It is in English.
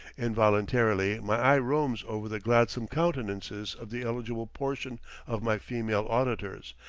involuntarily my eye roams over the gladsome countenances of the eligible portion of my female auditors,